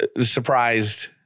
surprised